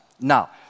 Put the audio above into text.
Now